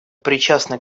причастны